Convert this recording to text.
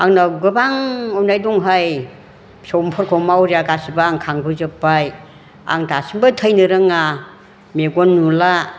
आंनाव गोबां अननाय दंहाय फिसौफोरखौ मावरिया गासैबो आं खांबोजोब्बाय आं दासिमबो थैनो रोङा मेगन नुला